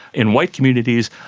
in white communities,